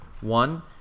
one